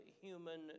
human